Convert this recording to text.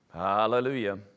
Hallelujah